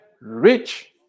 rich